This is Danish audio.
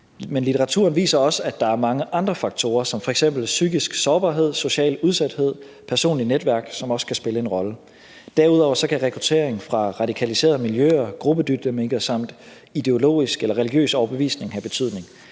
Men litteraturen viser også, at der er mange andre faktorer, som f.eks. psykisk sårbarhed, socialt udsathed, personlige netværk, som også kan spille en rolle. Derudover kan rekruttering fra radikaliserede miljøer, gruppedynamikker samt ideologisk eller religiøs overbevisning have betydning.